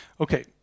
Okay